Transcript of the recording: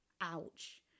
Ouch